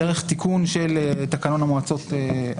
-- דרך תיקון של תקנון המועצות.